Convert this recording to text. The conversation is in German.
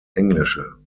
englische